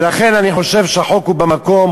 ולכן אני חושב שהחוק הוא במקום,